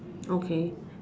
okay